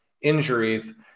injuries